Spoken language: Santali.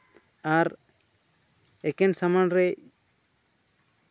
ᱟᱨ ᱮᱠᱮᱱ ᱥᱟᱢᱟᱱ ᱨᱮ